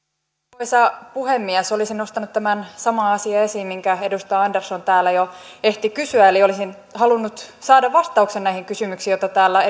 arvoisa puhemies olisin nostanut tämän saman asian esiin mistä edustaja andersson täällä jo ehti kysyä eli olisin halunnut saada vastauksen näihin kysymyksiin joita täällä